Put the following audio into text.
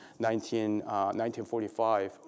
1945